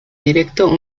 directo